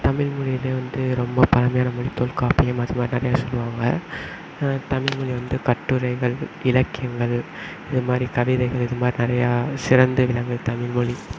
தமிழ்மொழியில் வந்து ரொம்ப பழமையான நூல் தொல்காப்பியம் அது மாதிரி நிறையா சொல்லுவாங்க தமிழ்மொழி வந்து கட்டுரைகள் இலக்கியங்கள் இது மாதிரி கவிதைகள் இது மாதிரி நிறையா சிறந்து விளங்குவது தமிழ்மொழி